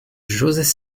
joseph